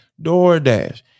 doordash